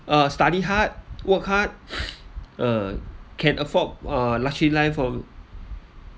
uh study hard work hard uh can afford a luxury life of